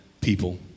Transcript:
people